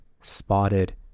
spotted